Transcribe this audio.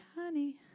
honey